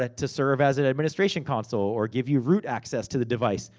ah to serve as an administration console. or give you root access to the device.